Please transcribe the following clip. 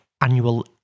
annual